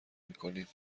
میکنیم